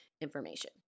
information